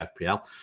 FPL